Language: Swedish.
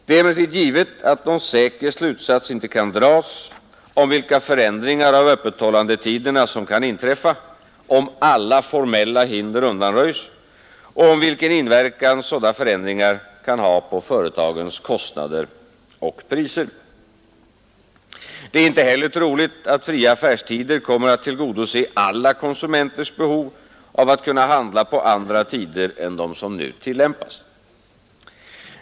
Det är emellertid givet att någon säker slutsats inte kan dras om vilka förändringar av öppethållandetiderna som kan inträffa, om alla formella hinder undanröjs, och om vilken inverkan sådana förändringar kan ha på företagens kostnader och priser. Det är inte heller troligt att fria affärstider kommer att tillgodose alla konsumenters behov av att kunna handla på andra tider än de som nu tillämpas.